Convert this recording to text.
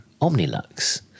Omnilux